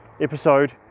episode